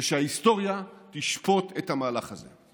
וההיסטוריה תשפוט את המהלך הזה.